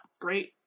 great